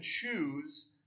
choose